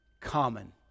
common